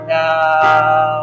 now